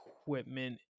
equipment